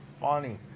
funny